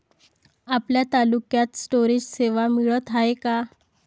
आपल्या तालुक्यात स्टोरेज सेवा मिळत हाये का?